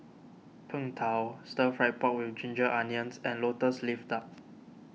Png Tao Stir Fry Pork with Ginger Onions and Lotus Leaf Duck